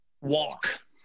Walk